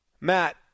Matt